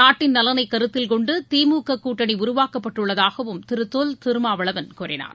நாட்டின் நலனை கருத்தில் கொண்டு திமுக கூட்டணி உருவாக்கப்பட்டுள்ளதாகவும் திரு தொல் திருமாவளவன் கூறினார்